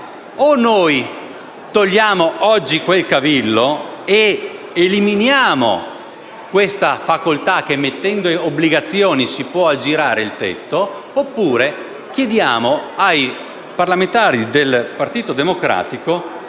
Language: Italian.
O noi togliamo oggi quel cavillo ed eliminiamo la norma secondo cui emettendo obbligazioni si può aggirare il tetto oppure chiediamo ai parlamentari del Partito Democratico